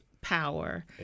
power